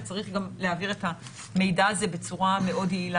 וצריך גם להעביר את המידע הזה בצורה מאוד יעילה